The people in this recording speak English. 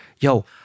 Yo